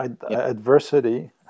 adversity